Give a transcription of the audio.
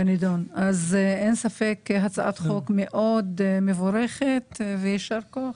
אין ספק שהצעת החוק פה מאוד מבורכת, יישר כוח.